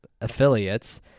affiliates